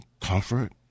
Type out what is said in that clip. comfort